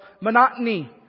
monotony